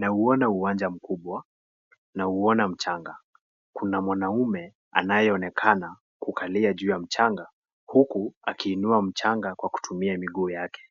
Nauona uwanja mkubwa, nauona mchanga kuna mwanaume anayeonekana kukalia juu ya mchanga huku akiinua mchanga kwa kutumia miguu yake.